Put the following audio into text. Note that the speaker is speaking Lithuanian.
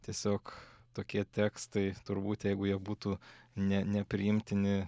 tiesiog tokie tekstai turbūt jeigu jie būtų ne nepriimtini